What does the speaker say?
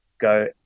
go